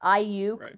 IU